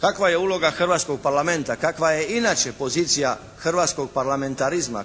kakva je uloga hrvatskog parlamenta, kakva je inače pozicija hrvatskog parlamentarizma,